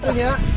yeah.